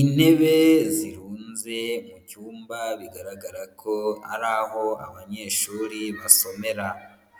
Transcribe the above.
Intebe zirunze mu cyumba bigaragara ko, hari aho abanyeshuri basomera.